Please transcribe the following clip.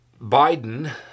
Biden